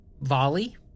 volley